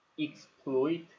Exploit